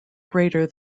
greater